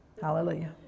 Hallelujah